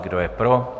Kdo je pro?